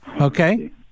Okay